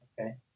Okay